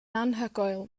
anhygoel